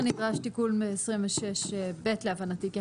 כן, אבל בכל מקרה נדרש תיקון ב26ב להבנתי.